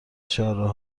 چهارراه